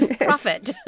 Profit